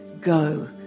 go